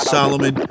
Solomon